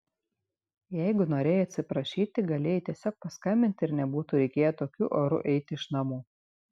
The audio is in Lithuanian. jeigu norėjai atsiprašyti galėjai tiesiog paskambinti ir nebūtų reikėję tokiu oru eiti iš namų